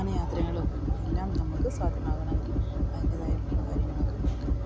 പല യാത്രകളും എല്ലാം നമുക്ക് സാധ്യമാകണമെങ്കിൽ അതിൻറ്റേതായ കാര്യങ്ങളൊക്കെ നമുക്ക് വേണം